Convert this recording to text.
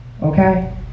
Okay